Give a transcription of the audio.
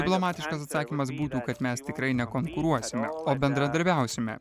diplomatiškas atsakymas būtų kad mes tikrai nekonkuruosime o bendradarbiausime